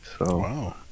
Wow